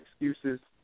excuses